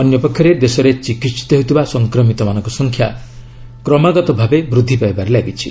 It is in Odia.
ଅନ୍ୟପକ୍ଷରେ ଦେଶରେ ଚିକିହିତ ହେଉଥିବା ସଂକ୍ରମିତମାନଙ୍କ ସଂଖ୍ୟା କ୍ରମାଗତ ଭାବେ ବୃଦ୍ଧି ପାଇବାରେ ଲାଗିଛି